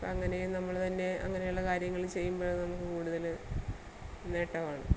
അപ്പങ്ങനെ നമ്മൾ തന്നെ അങ്ങനെയുള്ള കാര്യങ്ങൾ ചെയ്യുമ്പോൾ നമുക്ക് കൂടുതൽ നേട്ടമാണ്